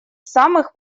самых